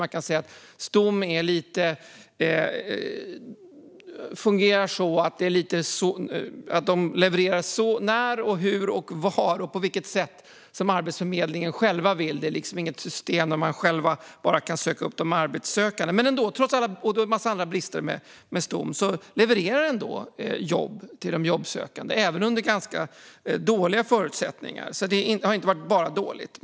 Man kan säga att Stom fungerar så att det levererar när, hur, var och på vilket sätt som Arbetsförmedlingen själv vill. Det är liksom inget system där de själva kan söka upp de arbetssökande. Men trots alla brister med Stom levererar det ändå jobb till de jobbsökande även under ganska dåliga förutsättningar. Det har alltså inte bara varit dåligt.